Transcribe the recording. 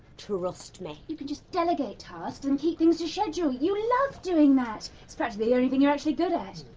trust me. you can just delegate tasks and keep things to schedule. you love doing that. it's practically the only thing you're actually good at.